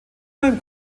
allem